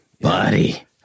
buddy